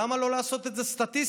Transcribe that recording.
למה לא לעשות את זה סטטיסטית?